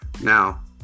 Now